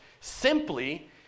simply